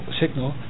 signal